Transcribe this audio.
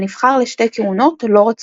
שנבחר לשתי כהונות לא רצופות.